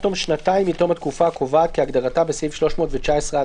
תום שנתיים מתום התקופה הקובעת כהגדרתה בסעיף 319א